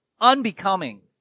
unbecoming